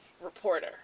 reporter